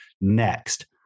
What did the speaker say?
Next